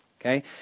Okay